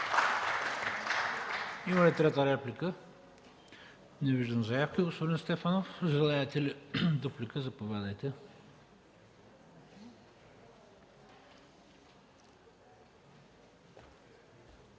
Има ли трета реплика? Не виждам заявки. Господин Стефанов, желаете ли дуплика? Заповядайте.